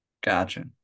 Gotcha